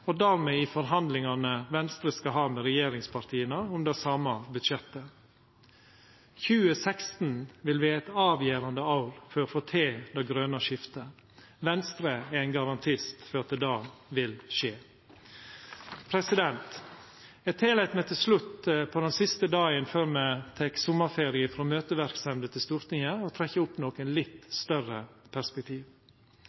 og dermed òg i forhandlingane som Venstre skal ha med regjeringspartia om det same budsjettet. 2016 vil vera eit avgjerande år for å få til det grøne skiftet. Venstre er ein garantist for at det vil skje. Eg tillèt meg til slutt, på den siste dagen før me tek sommarferie frå møteverksemda til Stortinget, å trekkja opp nokre litt